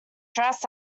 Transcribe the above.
dress